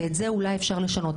ואת זה אולי אפשר לשנות.